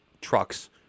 trucks